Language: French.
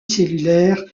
cellulaire